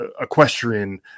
equestrian